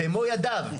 במו ידיו,